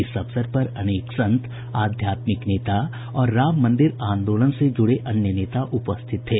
इस अवसर पर अनेक संत आध्यात्मिक नेता और राम मन्दिर आन्दोलन से जुडे अन्य नेता उपस्थित थे